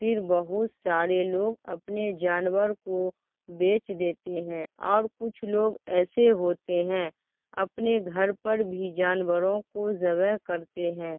پھر بہت سارے لوگ اپنے جانور کو بیچ دیتے ہیں اور کچھ لوگ ایسے ہوتے ہیں اپنے گھر پر بھی جانوروں کو ذبح کرتے ہیں